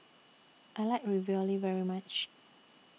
I like Ravioli very much